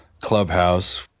clubhouse